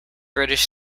british